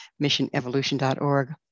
missionevolution.org